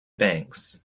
banks